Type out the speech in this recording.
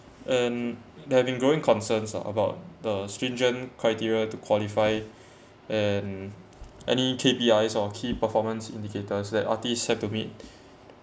and there have been growing concerns about the stringent criteria to qualify and any K_P_Is or key performance indicators that artists have to meet